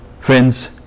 friends